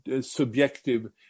subjective